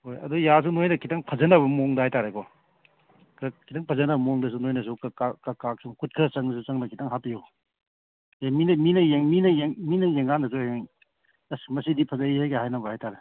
ꯍꯣꯏ ꯑꯗꯨ ꯌꯥꯔꯁꯨ ꯅꯣꯏꯅ ꯈꯤꯇꯪ ꯐꯖꯅꯕ ꯃꯑꯣꯡꯗ ꯍꯥꯏꯇꯥꯔꯦꯀꯣ ꯈꯔ ꯈꯤꯇꯪ ꯐꯖꯅꯕ ꯃꯑꯣꯡꯗꯁꯨ ꯅꯣꯏꯅꯁꯨ ꯈꯨꯠ ꯈꯔ ꯆꯪꯂꯁꯨ ꯆꯪꯅ ꯈꯤꯇꯪ ꯍꯥꯞꯄꯤꯌꯨ ꯑꯦ ꯃꯤꯅ ꯃꯤꯅ ꯃꯤꯅ ꯃꯤꯅ ꯌꯦꯡꯀꯥꯟꯗꯁꯨ ꯍꯌꯦꯡ ꯑꯁ ꯃꯁꯤꯗꯤ ꯐꯖꯩꯍꯦꯒ ꯍꯥꯏꯅꯕ ꯍꯥꯏꯇꯥꯔꯦ